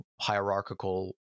hierarchical